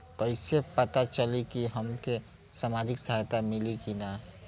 कइसे से पता चली की हमके सामाजिक सहायता मिली की ना?